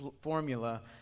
formula